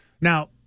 Now